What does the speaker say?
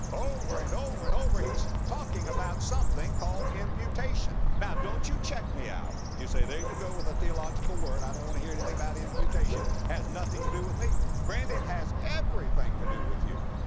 over and over and over he's talking about something called imputation. now don't you check me out. you say, there you go with a theological word, i don't want to hear anything about imputation, has nothing to do with me. friend, it has everything to do with you,